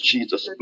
Jesus